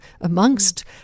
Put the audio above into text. amongst